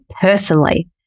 personally